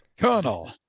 Colonel